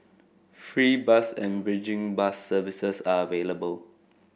free bus and bridging bus services are available